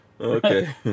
okay